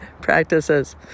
practices